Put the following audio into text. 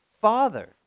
Father